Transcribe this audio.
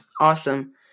Awesome